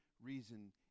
reason